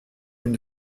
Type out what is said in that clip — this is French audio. une